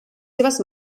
seves